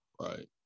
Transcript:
right